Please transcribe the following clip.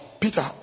Peter